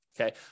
Okay